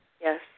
Yes